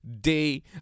day